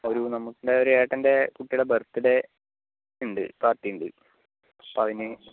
ഒരു നമ്മളുടെ ഒരു ഏട്ടൻ്റെ കുട്ടിയുടെ ബർത്ത് ഡേ ഉണ്ട് പാർട്ടി ഉണ്ട് അപ്പോൾ അതിനു